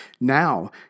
Now